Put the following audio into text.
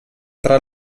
tra